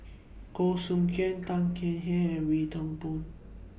Goh Soo Khim Tan Kek Hiang and Wee Toon Boon